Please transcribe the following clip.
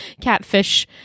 catfish